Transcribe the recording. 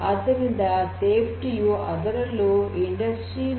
ಆದ್ದರಿಂದ ಸುರಕ್ಷತೆಯು ಅದರಲ್ಲೂ ಇಂಡಸ್ಟ್ರಿ ೪